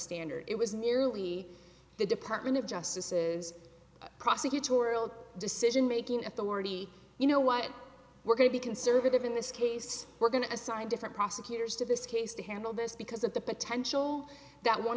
standard it was merely the department of justice's prosecutorial decision making authority you know what we're going to be conservative in this case we're going to assign different prosecutors to this case to handle this because of the potential that one